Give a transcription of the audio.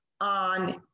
on